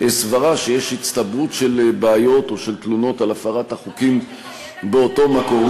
סברה שיש הצטברות של בעיות או של תלונות על הפרת החוקים באותו מקום.